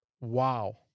Wow